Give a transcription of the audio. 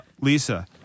Lisa